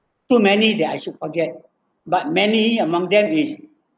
too many that I should forget but many among them is